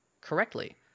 correctly